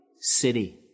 city